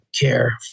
care